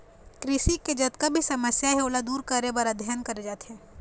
कृषि के जतका भी समस्या हे ओला दूर करे बर अध्ययन करे जाथे